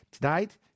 Tonight